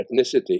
ethnicity